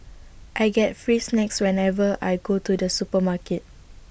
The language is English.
I get free snacks whenever I go to the supermarket